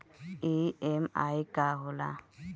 EMI का होला?